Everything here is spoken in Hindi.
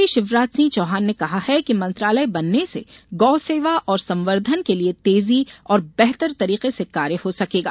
मुख्यमंत्री शिवराज सिंह चौहान ने कहा है कि मंत्रालय बनने से गौसेवा और संवर्धन के लिए तेजी और बेहतर तरीके से कार्य हो सकेगा